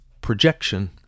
Projection